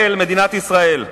מדינת ישראל,